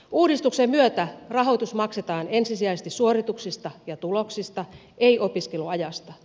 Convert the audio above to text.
uudistuksen myötä rahoitus maksetaan ensisijaisesti suorituksista ja tuloksista ei opiskeluajasta